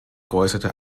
geäußerte